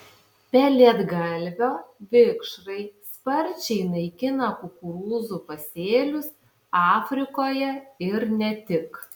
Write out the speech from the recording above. pelėdgalvio vikšrai sparčiai naikina kukurūzų pasėlius afrikoje ir ne tik